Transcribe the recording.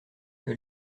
que